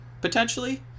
potentially